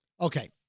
Okay